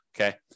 okay